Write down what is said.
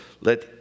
let